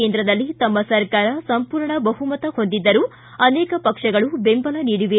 ಕೇಂದ್ರದಲ್ಲಿ ತಮ್ಮ ಸರ್ಕಾರ ಸಂಪೂರ್ಣ ಬಹುಮತ ಹೊಂದಿದ್ದರೂ ಅನೇಕ ಪಕ್ಷಗಳು ಬೆಂಬಲ ನೀಡಿವೆ